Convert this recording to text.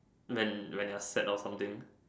when when you're sad or something